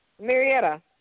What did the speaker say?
Marietta